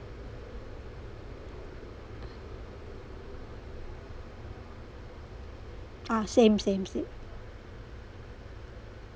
ah same same same